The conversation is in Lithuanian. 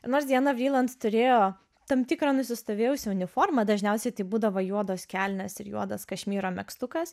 nors diana vriland turėjo tam tikrą nusistovėjusią uniformą dažniausiai tai būdavo juodos kelnės ir juodas kašmyro megztukas